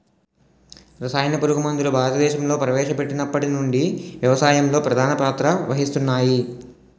రసాయన పురుగుమందులు భారతదేశంలో ప్రవేశపెట్టినప్పటి నుండి వ్యవసాయంలో ప్రధాన పాత్ర వహిస్తున్నాయి